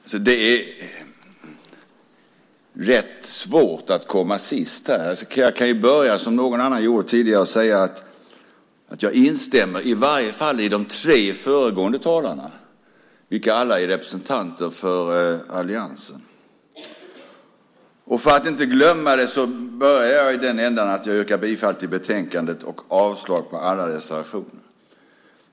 Fru talman! Det är rätt svårt att komma sist. Jag kan, som någon annan gjorde tidigare, börja med att säga att jag instämmer med i varje fall de tre föregående talarna, vilka alla är representanter för alliansen. För att inte glömma det börjar jag i den ändan att jag yrkar bifall till förslaget i betänkandet och avslag på alla reservationer.